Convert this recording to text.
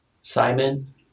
Simon